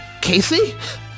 Casey